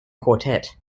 quartet